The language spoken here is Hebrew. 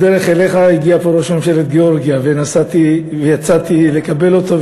בדרך אליך הגיע לפה ראש ממשלת גאורגיה ויצאתי לקבל אותו,